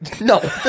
No